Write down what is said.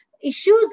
issues